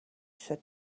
said